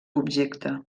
objecte